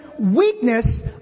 weakness